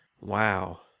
Wow